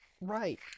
Right